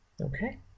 okay